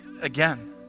Again